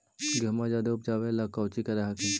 गेहुमा जायदे उपजाबे ला कौची कर हखिन?